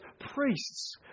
priests